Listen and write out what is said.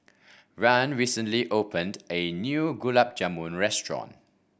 Rahn recently opened a new Gulab Jamun restaurant